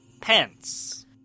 pants